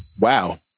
Wow